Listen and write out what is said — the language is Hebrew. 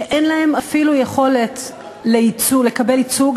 שאין להם אפילו יכולת לקבל ייצוג,